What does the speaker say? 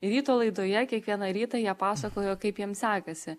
ir ryto laidoje kiekvieną rytą jie pasakojo kaip jiem sekasi